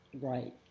Right